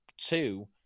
two